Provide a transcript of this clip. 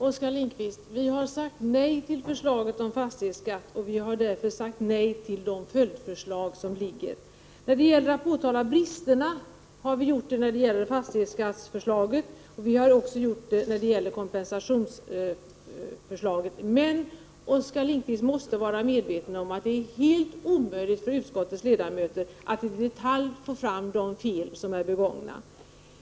Herr talman! Vi har, Oskar Lindkvist, sagt nej till förslaget om fastighetsskatt, och vi har därför sagt nej till de följdförslag som framlagts. Vi har påtalat bristerna i förslaget om fastighetsskatt, och vi har också gjort detsamma när det gäller förslaget om kompensation. Oskar Lindkvist måste dock vara medveten om att det är helt omöjligt för utskottets ledamöter att i detalj få fram vilka fel som är begångna.